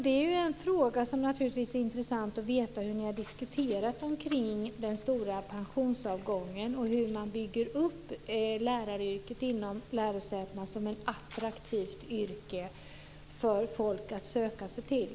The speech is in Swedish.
Det är intressant att veta hur ni har diskuterat kring den stora pensionsavgången och hur man inom lärosätena bygger upp läraryrket som ett attraktivt yrke för människor att söka sig till.